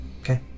Okay